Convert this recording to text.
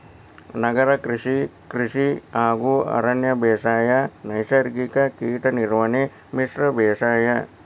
ನಗರ ಕೃಷಿ, ಕೃಷಿ ಹಾಗೂ ಅರಣ್ಯ ಬೇಸಾಯ, ನೈಸರ್ಗಿಕ ಕೇಟ ನಿರ್ವಹಣೆ, ಮಿಶ್ರ ಬೇಸಾಯ